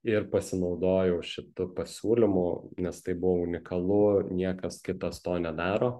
ir pasinaudojau šitu pasiūlymu nes tai buvo unikalu niekas kitas to nedaro